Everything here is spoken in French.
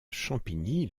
champigny